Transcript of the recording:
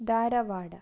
Dharwad